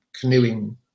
canoeing